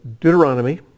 Deuteronomy